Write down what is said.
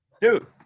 dude